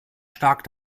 stark